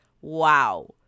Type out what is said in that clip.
Wow